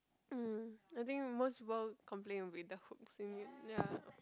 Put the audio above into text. mm I think most people complain will be the hooks mm ya